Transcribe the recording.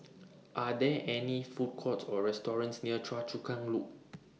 Are There any Food Courts Or restaurants near Choa Chu Kang Loop